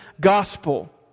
gospel